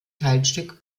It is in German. teilstück